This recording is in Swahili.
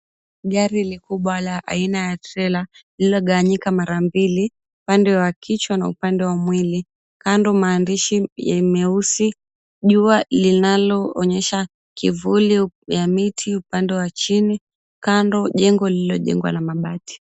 Gari likubwa la aina ya trela lililogawanyika mara mbili upande wa kichwa na upande wa mwili. Kando maandishi meusi, jua linaloonyesha kivuli ya miti upande wa chini, kando jengo lililojengwa na mabati.